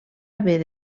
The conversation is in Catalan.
haver